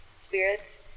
spirits